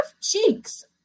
cheeks